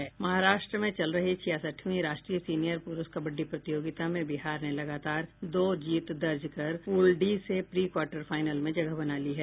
महाराष्ट्र में चल रही छियासठवीं राष्ट्रीय सीनियर पुरूष कबड़डी प्रतियोगिता में बिहार ने लगातार दो जीत दर्ज कर पूल डी से प्री क्वार्टर फाइनल में जगह बना ली है